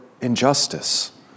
injustice